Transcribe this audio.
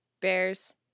Bears